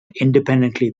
independently